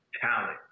talent